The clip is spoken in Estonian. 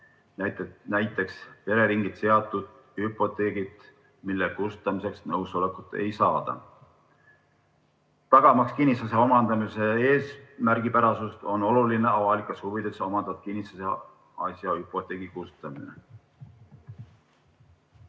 Näiteks pereringis seatud hüpoteegid, mille kustutamiseks nõusolekut ei saada. Tagamaks kinnisasja omandamise eesmärgipärasust, on oluline avalikes huvides omandatud kinnisasja hüpoteegi kustutamine.